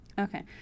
okay